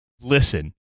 Listen